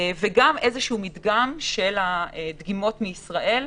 וגם לעשות איזשהו מדגם של הדגימות מישראל.